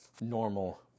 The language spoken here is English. normal